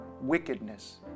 wickedness